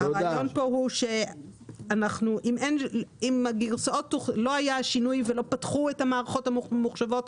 הרעיון כאן הוא שאם לא היה שינוי ולא פתחו את המערכות הממוחשבות,